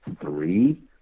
Three